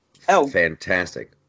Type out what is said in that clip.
fantastic